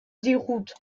déroute